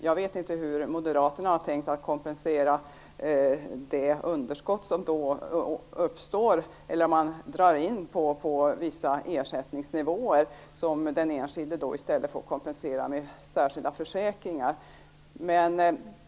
Jag vet inte hur Moderaterna har tänkt kompensera det underskott som uppstår, eller om man skall dra in på vissa ersättningsnivåer, som den enskilde i stället får kompensera med särskilda försäkringar.